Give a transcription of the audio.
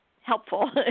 helpful